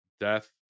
death